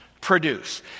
produce